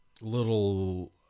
little